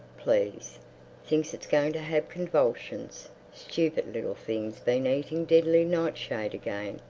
please thinks it's going to have convulsions. stupid little thing's been eating deadly nightshade again,